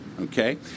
Okay